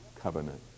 covenant